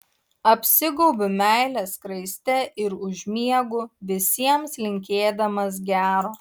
apsigaubiu meilės skraiste ir užmiegu visiems linkėdamas gero